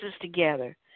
together